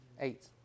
Eight